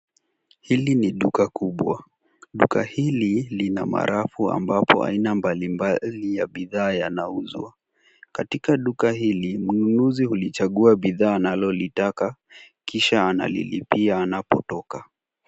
Hili ni duka kubwa, duka hili lina rafu ambapo aina mbalimbali ya bidhaa yanauzwa. Katika duka hili mnunuzi hulichagua bidhaa analolitaka kisha analilipia anapotoka.